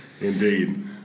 Indeed